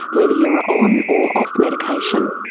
whether you are on or off medication.